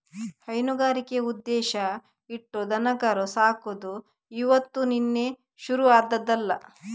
ಹೈನುಗಾರಿಕೆ ಉದ್ದೇಶ ಇಟ್ಟು ದನಕರು ಸಾಕುದು ಇವತ್ತು ನಿನ್ನೆ ಶುರು ಆದ್ದಲ್ಲ